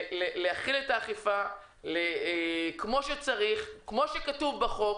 להחיל את האכיפה כמו שצריך, כמו שכתוב בחוק,